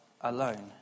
alone